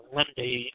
Monday